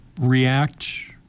react